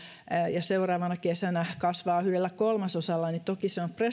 ja seuraavana kesänä kasvaa yhdellä kolmasosalla niin toki se on